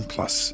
Plus